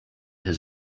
his